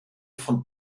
von